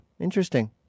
Interesting